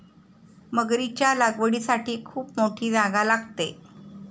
मगरीच्या लागवडीसाठी खूप मोठी जागा लागते